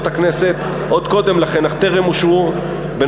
הכנסת עוד קודם לכן אך טרם אושרו,